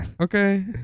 okay